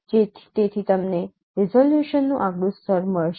તેથી તમને રીઝોલ્યુશનનું આગલું સ્તર મળશે